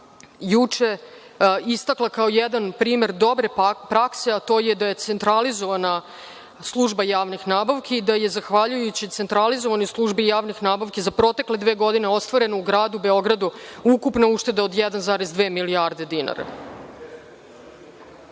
juče istakla kao jedan primer dobre prakse, a to je da je centralizovana služba javnih nabavki i da je zahvaljujući centralizovanoj službi javnih nabavki za protekle dve godine ostvarena u gradu Beogradu ukupna ušteda od 1,2 milijardi dinara.U